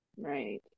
Right